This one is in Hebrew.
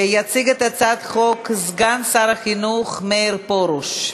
2016, עברה בקריאה ראשונה,